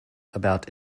about